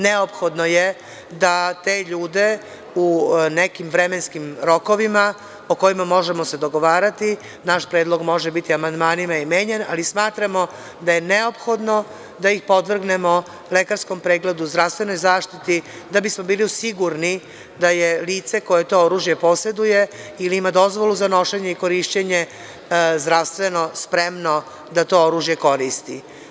Neophodno je da te ljude, u nekim vremenskim rokovima, o kojima se možemo dogovarati, naš predlog može biti amandmanima menjan, podvrgnemo lekarskom pregledu, zdravstvenoj zaštiti da bismo bili sigurni da je lice koje to oružje poseduje ili ima dozvolu za nošenje i korišćenje zdravstveno spremno da to oružje koristi.